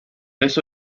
eso